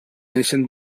neixen